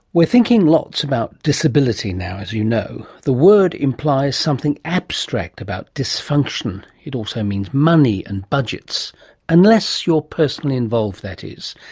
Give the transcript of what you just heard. we're thinking a lot about disability, now, as you know. the word implies something abstract about dysfunction. it also means money and budgets unless you're personally involved that is.